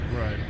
Right